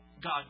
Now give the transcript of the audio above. God